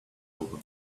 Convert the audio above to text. over